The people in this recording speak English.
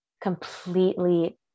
completely